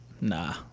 Nah